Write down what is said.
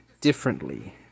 differently